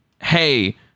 hey